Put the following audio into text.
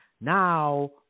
now